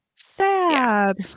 sad